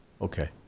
Okay